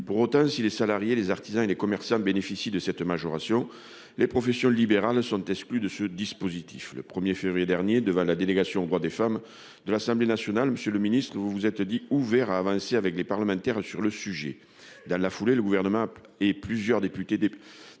Pour autant, si les salariés, les artisans et les commerçants bénéficient de cette majoration, les professions libérales sont exclues de ce dispositif. Le 1février dernier, devant la délégation aux droits des femmes de l'Assemblée nationale, monsieur le ministre, vous vous étiez dit ouvert pour avancer avec les parlementaires sur le sujet. Dans la foulée, le Gouvernement et plusieurs députés